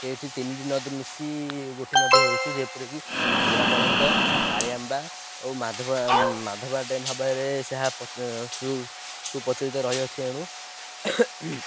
ସେଇଠି ତିନିଟି ନଦୀ ମିଶି ଗୋଟିଏ ନଦୀ ହେଉଛିି ଯେପରିକି ବୁଢ଼ା ବଳଙ୍ଗ କାଳିଆମ୍ବା ଓ ମାଧ ମାଧବା ଡେମ୍ ଭାବରେ ସୁପ୍ରଚଳିତ ରହିଅଛି ଏଣୁ